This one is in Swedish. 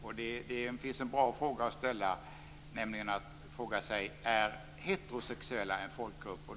Det finns en bra fråga att ställa sig: Är heterosexuella en folkgrupp?